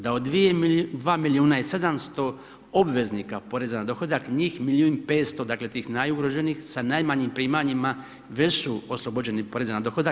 Da od 2 milijuna i 700 obveznika poreza na dohodak njih milijun i 500, dakle tih najugroženijih sa najmanjim primanjima već su oslobođeni poreza na dohodak.